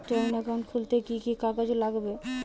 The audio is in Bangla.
জয়েন্ট একাউন্ট খুলতে কি কি কাগজ লাগবে?